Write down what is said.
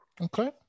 okay